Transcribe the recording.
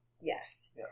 Yes